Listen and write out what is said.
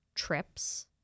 trips